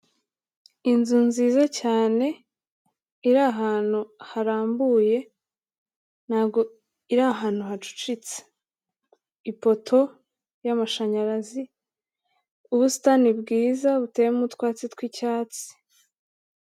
Inzu nziza cyane iri ahantu harambuye ntabwo iri ahantu hacucitse, ipoto y'amashanyarazi, ubusitani bwiza buteyemo utwatsi tw'icyatsi.